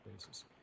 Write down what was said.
basis